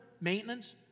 maintenance